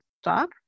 stop